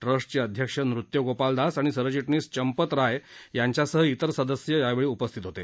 ट्रस्टचे अध्यक्ष नृत्य गोपाल दास आणि सरचिटणीस चंपत राय यांच्यासह इतर सदस्य यावेळी उपस्थित होते